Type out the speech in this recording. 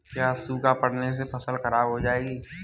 क्या सूखा पड़ने से फसल खराब हो जाएगी?